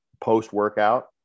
post-workout